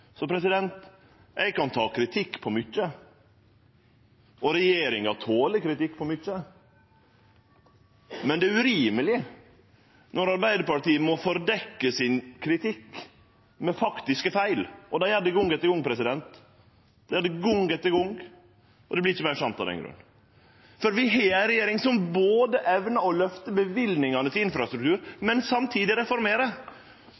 Eg kan ta kritikk for mykje, og regjeringa toler kritikk for mykje, men det er urimeleg når Arbeidarpartiet må tildekkje kritikken med faktiske feil. Dei gjer det gong etter gong – og det vert ikkje meir sant av den grunn. Vi har ei regjering som evnar både å løfte løyvingane til infrastruktur